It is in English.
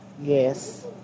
Yes